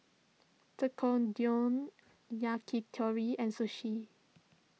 Yakitori and Sushi